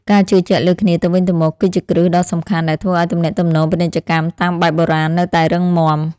ការជឿជាក់លើគ្នាទៅវិញទៅមកគឺជាគ្រឹះដ៏សំខាន់ដែលធ្វើឱ្យទំនាក់ទំនងពាណិជ្ជកម្មតាមបែបបុរាណនៅតែរឹងមាំ។